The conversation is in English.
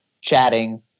chatting